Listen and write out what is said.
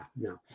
no